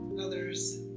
others